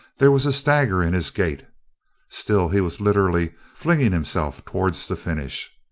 there was a stagger in his gait still he was literally flinging himself towards the finish.